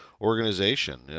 organization